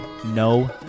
no